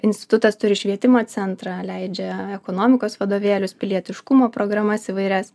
institutas turi švietimo centrą leidžia ekonomikos vadovėlius pilietiškumo programas įvairias